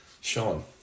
Sean